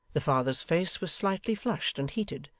the father's face was slightly flushed and heated,